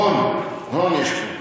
הון יש פה.